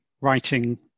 writing